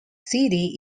city